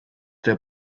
der